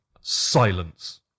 Silence